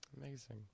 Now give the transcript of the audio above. Amazing